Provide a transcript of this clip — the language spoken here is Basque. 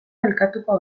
elkartuko